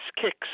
kicks